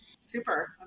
Super